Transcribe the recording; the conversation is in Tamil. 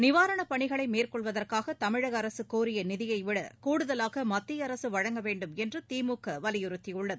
நிவாரணப் பணிகளைமேற்கொள்வதற்காகதமிழகஅரசுகோரியநிதியைவிடகூடுதலாகமத்தியஅரசுவழங்க வேண்டும் என்றுதிமுகவலியுறுத்தியுள்ளது